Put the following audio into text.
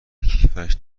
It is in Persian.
کیفش